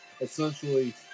essentially